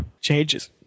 changes